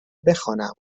بخوانم